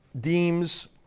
deems